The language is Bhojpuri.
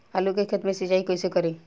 आलू के खेत मे सिचाई कइसे करीं?